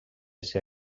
ser